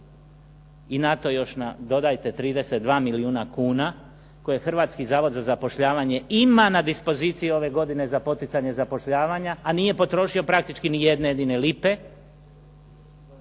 i na to još nadodajte 32 milijuna kuna koje Hrvatski zavod za zapošljavanje ima na dispoziciji ove godine za poticanje zapošljavanja, a nije potrošio praktički ni jedne jedine lipe.